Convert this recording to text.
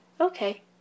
Okay